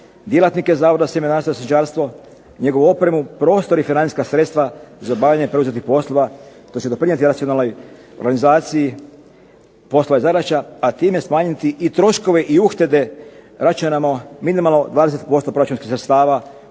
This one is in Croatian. djelatnike Zavoda za sjemenarstvo i stočarstvo, njegovu opremu, prostor i financijska sredstva za obavljanje preuzetih poslova, te će doprinijeti racionalnoj organizaciji poslova i zadaća, a time smanjiti i troškove i uštede računamo minimalno 20% proračunskih sredstava